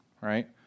right